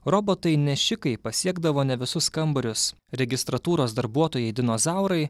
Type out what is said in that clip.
robotai nešikai pasiekdavo ne visus kambarius registratūros darbuotojai dinozaurai